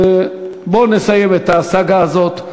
בוא נסיים את הסאגה הזאת.